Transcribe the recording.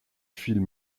film